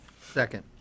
Second